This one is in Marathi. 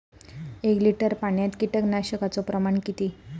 एक लिटर पाणयात कीटकनाशकाचो प्रमाण किती?